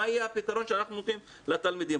מה יהיה הפתרון שאנחנו נותנים לתלמידים?